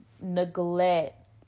neglect